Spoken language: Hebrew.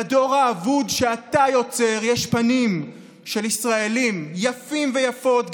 לדור האבוד שאתה יוצר יש פנים של ישראלים יפים ויפות,